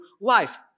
life